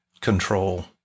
control